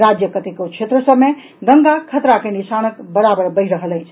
राज्यक कतेको क्षेत्र सभ मे गंगा खतरा के निशानक बराबर बहि रहल अछि